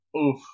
Oof